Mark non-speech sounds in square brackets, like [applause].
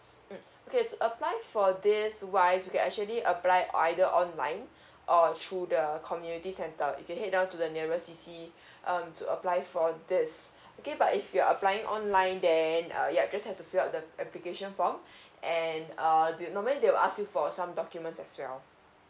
mm okay it's apply for this wise you can actually apply either online [breath] or through the community centre you can head down to the nearest C_C [breath] um to apply for this okay but if you are applying online then uh ya you just have to fill up the application form [breath] and err do you normally they will ask you for some documents as well